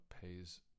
pays